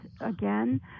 again